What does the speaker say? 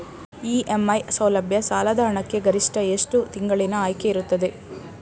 EMI ಸೌಲಭ್ಯ ಸಾಲದ ಹಣಕ್ಕೆ ಗರಿಷ್ಠ ಎಷ್ಟು ತಿಂಗಳಿನ ಆಯ್ಕೆ ಇರುತ್ತದೆ?